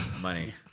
money